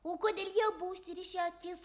o kodėl jie buvo užsirišę akis